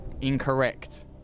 Incorrect